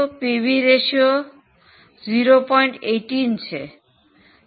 PV ratio 0